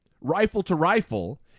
rifle-to-rifle